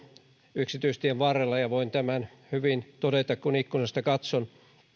yksityistien varrella ja ja voin tämän hyvin todeta kun ikkunasta katson